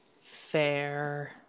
Fair